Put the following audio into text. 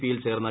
പിയിൽ ചേർന്നു